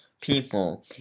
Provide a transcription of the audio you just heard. people